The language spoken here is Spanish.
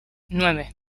nueve